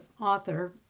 author